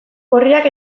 gorriak